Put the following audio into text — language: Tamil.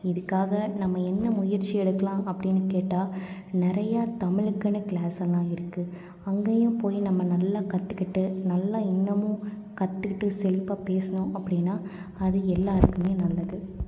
இதுக்காக நம்ம என்ன முயற்சி எடுக்கலாம் அப்படினு கேட்டால் நிறையா தமிழுக்குன்னு கிளாஸெல்லாம் இருக்குது அங்கேயும் போய் நம்ம நல்லா கற்றுக்கிட்டு நல்லா இன்னுமும் கற்றுக்கிட்டு செழிப்பாக பேசினோம் அப்படினா அது எல்லோருக்குமே நல்லது